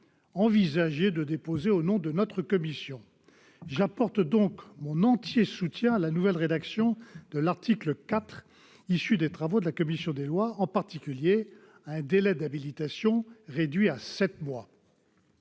envisagé de déposer au nom de notre commission. J'apporte donc mon entier soutien à la nouvelle rédaction de l'article 4 issue des travaux de la commission des lois, en particulier au délai d'habilitation réduit à sept mois.